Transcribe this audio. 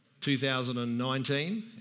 2019